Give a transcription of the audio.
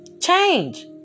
Change